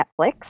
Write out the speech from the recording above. Netflix